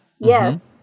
Yes